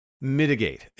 mitigate